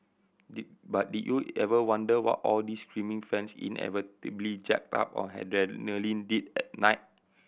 did but did you ever wonder what all these screaming fans inevitably jacked up on adrenaline did at night